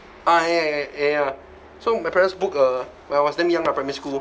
ah ya ya ya ya so my parents book uh where I was damn young ah primary school